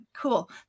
Cool